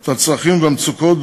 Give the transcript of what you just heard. את הצרכים ואת המצוקות,